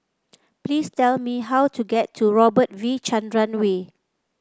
please tell me how to get to Robert V Chandran Way